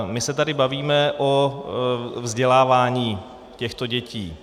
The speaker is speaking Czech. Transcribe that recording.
My se tady bavíme o vzdělávání těchto dětí.